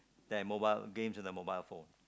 their mobile games on their phone